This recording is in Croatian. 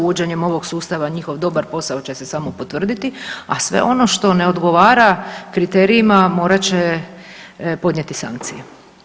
Uvođenjem ovog sustava njihov dobar posao će se samo potvrditi, a sve ono što ne odgovara kriterijima morat će podnijeti sankcije.